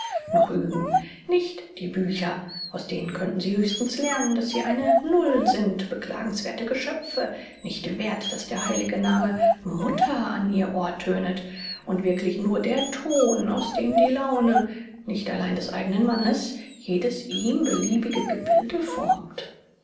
noch üben nicht die bücher aus denen könnten sie höchstens lernen daß sie eine null sind beklagenswerthe geschöpfe nicht werth daß der heilige name mutter an ihr ohr tönet und wirklich nur der thon aus dem die laune nicht allein des eigenen mannes jedes ihm beliebige gebilde formt